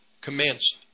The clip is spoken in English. commenced